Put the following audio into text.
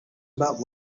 about